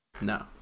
No